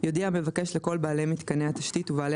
יודיע המבקש לכל בעלי מיתקני התשתית ובעלי